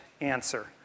answer